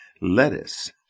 Lettuce